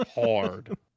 hard